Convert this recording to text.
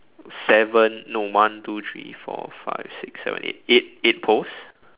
seven no one two three four five six seven eight eight eight poles